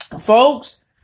Folks